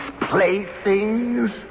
playthings